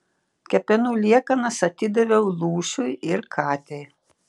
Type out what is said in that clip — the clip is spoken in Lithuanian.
kepenų liekanas atidaviau lūšiui ir katei